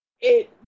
it-